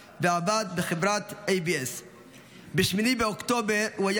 ועבד בחברת ABS. ב-8 באוקטובר הוא היה בין